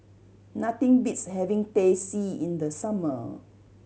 nothing beats having Teh C in the summer